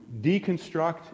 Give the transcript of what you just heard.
deconstruct